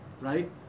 right